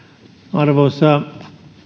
arvoisa